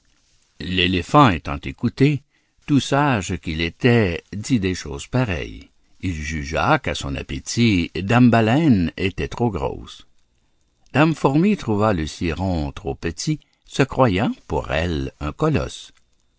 l'éléphant étant écouté tout sage qu'il était dit des choses pareilles il jugea qu'à son appétit dame baleine était trop grosse dame fourmi trouva le ciron trop petit se croyant pour elle un colosse